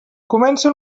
començo